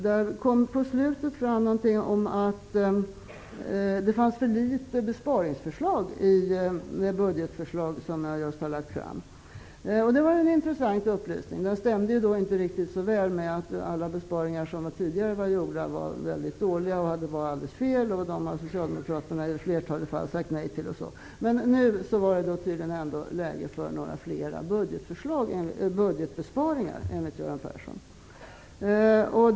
På slutet kom det fram någonting om att det fanns för litet besparingsförslag i den budget som jag just har lagt fram. Det var en intressant upplysning. Det stämmer inte så väl med Socialdemokraternas uppfattning att alla besparingar som tidigare gjorts har varit väldigt dåliga och helt felaktiga, och att Socialdemokraterna vid ett flertal tillfällen har sagt nej till dem. Men nu är det tydligen ändå läge för några fler besparingsförslag i budgeten.